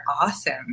awesome